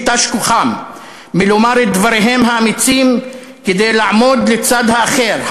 שתש כוחם מלומר את דבריהם האמיצים כדי לעמוד לצד האחר,